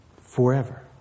Forever